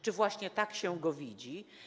Czy właśnie tak się go widzi?